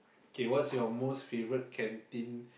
K what's your most favorite canteen